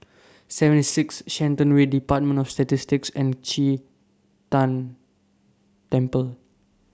seventy six Shenton Way department of Statistics and Qi Tan Temple